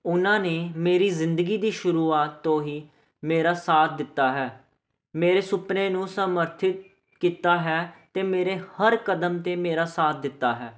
ਉਹਨਾਂ ਨੇ ਮੇਰੀ ਜ਼ਿੰਦਗੀ ਦੀ ਸ਼ੁਰੂਆਤ ਤੋਂ ਹੀ ਮੇਰਾ ਸਾਥ ਦਿੱਤਾ ਹੈ ਮੇਰੇ ਸੁਪਨੇ ਨੂੰ ਸਮਰਥ ਕੀਤਾ ਹੈ ਅਤੇ ਮੇਰੇ ਹਰ ਕਦਮ 'ਤੇ ਮੇਰਾ ਸਾਥ ਦਿੱਤਾ ਹੈ